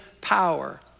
power